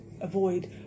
avoid